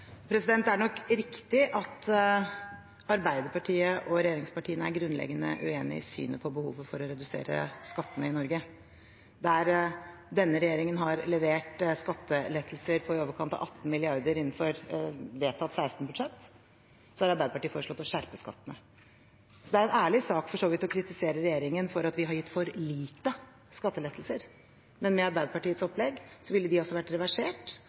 Det er nok riktig at Arbeiderpartiet og regjeringspartiene er grunnleggende uenige i synet på behovet for å redusere skattene i Norge. Der denne regjeringen har levert skattelettelser på i overkant av 18 mrd. kr innenfor vedtatt 2016-budsjett, har Arbeiderpartiet foreslått å skjerpe skattene. Det er for så vidt en ærlig sak å kritisere regjeringen for at vi har hatt for få skattelettelser, men med Arbeiderpartiets opplegg ville de ha vært reversert,